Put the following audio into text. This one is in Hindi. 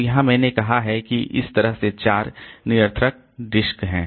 तो यहाँ मैंने कहा है कि इस तरह से 4 निरर्थक डिस्क हैं